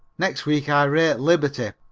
next week i rate liberty!